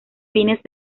fines